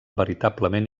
veritablement